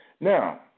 Now